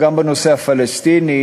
גם בנושא הפלסטיני